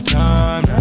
time